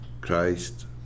Christ